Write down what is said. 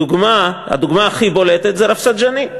הדוגמה הכי בולטת זה רפסנג'אני.